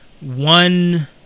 one